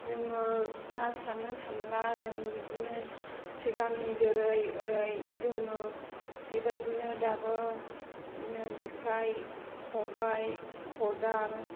जोङो ना सारनो थांब्ला जों बिदिनो सिगांनि जेरै ओरै जोङो बेबादिनो दाबो बेदिनो जेखाइ खबाइ खदाल